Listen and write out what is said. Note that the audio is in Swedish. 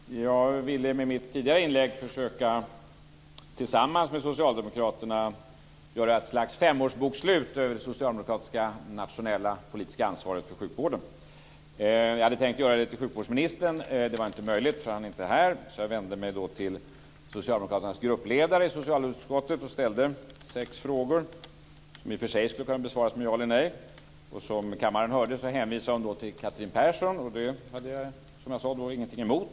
Herr talman! Jag ville med mitt tidigare inlägg tillsammans med Socialdemokraterna försöka göra ett slags femårsbokslut över det socialdemokratiska, nationella, politiska ansvaret för sjukvården. Jag hade tänkt göra det med sjukvårdsministern, men det var inte möjligt, för han är inte här. Så jag vände mig till Socialdemokraternas gruppledare i socialutskottet och ställde sex frågor, frågor som i och för sig skulle kunna besvaras med ja eller nej. Som kammaren hörde hänvisade hon då till Catherine Persson, och det hade jag, som jag sade, ingenting emot.